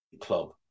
club